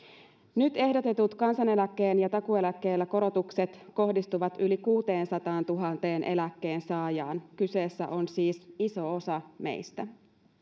nyt ehdotetut kansaneläkkeen ja takuueläkkeen korotukset kohdistuvat yli kuuteensataantuhanteen eläkkeensaajaan kyseessä on siis iso osa meistä